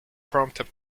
prompted